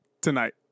tonight